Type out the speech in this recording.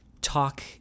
talk